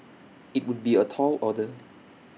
IT would be A tall order